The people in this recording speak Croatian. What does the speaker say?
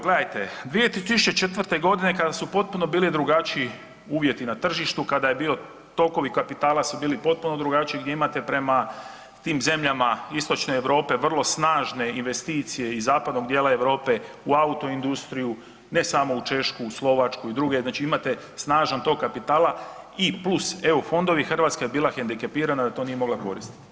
Gledajte 2004.g. kada su bili potpuno drugačiji uvjeti na tržištu kada su tokovi kapitala su bili potpuno drugačiji gdje imate prema tim zemljama Istočne Europe vrlo snažne investicije iz Zapadnog dijela Europe u autoindustriju, ne samo u Češku, Slovačku i druge, znači imate snažan tok kapitala i plus eu fondovi, Hrvatska je bila hendikepirana da to nije mogla koristiti.